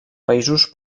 països